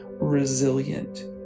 resilient